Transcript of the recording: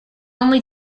only